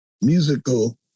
musical